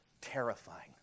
terrifying